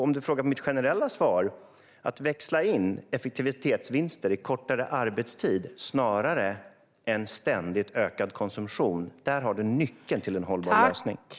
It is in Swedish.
Om du frågar är mitt generella svar att det gäller att växla in effektivitetsvinster i kortare arbetstid snarare än ständigt ökad konsumtion. Där har du nyckeln till en hållbar lösning.